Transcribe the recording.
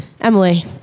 Emily